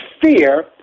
fear